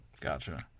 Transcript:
Gotcha